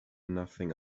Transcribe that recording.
nothing